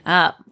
up